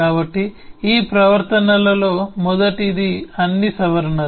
కాబట్టి ఈ ప్రవర్తనలలో మొదటిది అన్ని సవరణలు